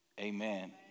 amen